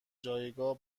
جایگاه